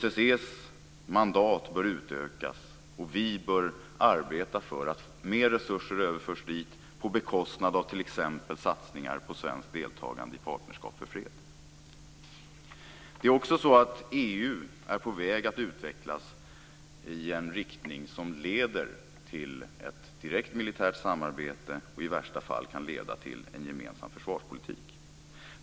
OSSE:s mandat bör utökas, och vi bör arbeta för att mer resurser överförs dit på bekostnad av t.ex. satsningar på svenskt deltagande i Partnerskap för fred. Det är också så att EU är på väg att utvecklas i en riktning som leder till ett direkt militärt samarbete som i värsta fall kan leda till en gemensam försvarspolitik.